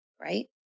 right